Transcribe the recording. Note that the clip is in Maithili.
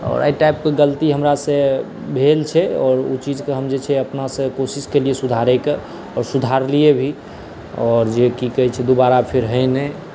आओर एहि टाइपके गलती हमरासँ भेल छै आओर ओहि चीजके हम अपनासँ कोशिश केलिए सुधारैके आओर सुधारलिए भी आओर जेकि कहै छै दुबारा फेर होइ नहि